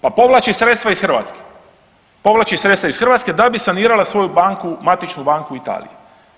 Pa povlači sredstva iz Hrvatske, povlači sredstva iz Hrvatske da bi sanirala svoju banku, matičnu banku u Italiji.